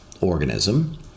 organism